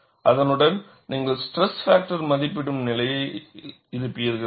அதனுடன் நீங்கள் stress factor மதிப்பிடும் நிலையில் இருப்பீர்கள்